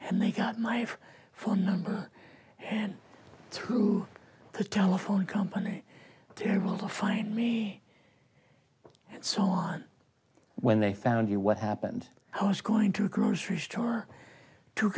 and they got my phone number and through the telephone company to able to find me and so on when they found you what happened i was going to a grocery store two